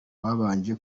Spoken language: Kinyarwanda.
babanje